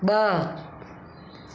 ब॒